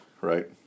right